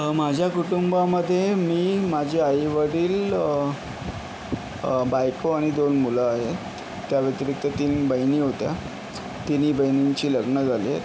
माझ्या कुटुंबामध्ये मी माझे आई वडील बायको आणि दोन मुलं आहेत त्याव्यतिरिक्त तीन बहिणी होत्या तिन्ही बहिणींची लग्नं झाली आहेत